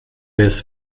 des